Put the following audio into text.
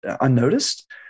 unnoticed